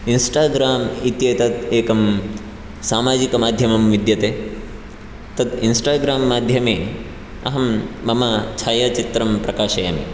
Instagram इत्येतत् एकं सामाजिकमाध्यमं विद्यते तत् इन्स्टाग्राम् माध्यमे अहं मम छायाचित्रं प्रकाशयामि